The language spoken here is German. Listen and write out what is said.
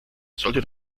sollte